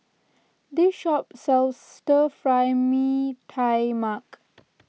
this shop sells Stir Fry Mee Tai Mak